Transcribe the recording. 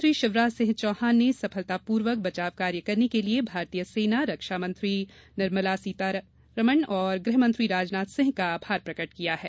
मुख्यमंत्री शिवराज सिंह चौहान ने सफलता पूर्वक बचाव कार्य करने के लिए भारतीय सेना रक्षा मंत्री निर्मला सीतारमण और गृह मंत्री राजनाथ सिंह का आभार प्रकट किया है